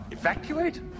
Evacuate